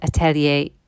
Atelier